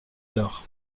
tard